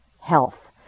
health